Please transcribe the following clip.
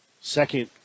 second